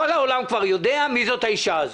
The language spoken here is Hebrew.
כל העולם כבר יודע מי האישה הזאת.